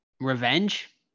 Revenge